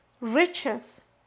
riches